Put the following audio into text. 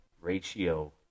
ratio